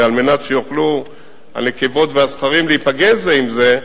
ועל מנת שהנקבות והזכרים יוכלו להיפגש זה עם זה,